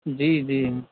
جی جی